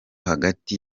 hagati